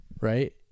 right